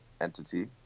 entity